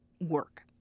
work